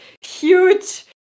huge